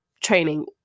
training